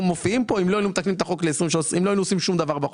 מופיעים פה אם לא היינו עושים שום דבר בחוק.